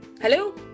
Hello